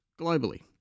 globally